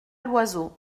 l’oiseau